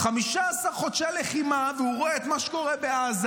15 חודשי לחימה, והוא רואה את מה שקורה בעזה,